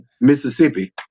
Mississippi